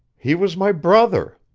he was my brother.